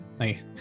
Hey